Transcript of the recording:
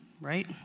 right